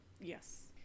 yes